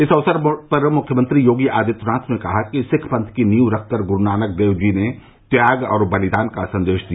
इस अवसर पर मुख्यमंत्री योगी आदित्यनाथ ने कहा कि सिक्ख पंथ की नींव रखकर गुरूनानक जी ने त्याग और बलिदान का सन्देश दिया